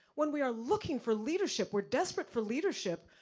when we are looking for leadership, we're desperate for leadership.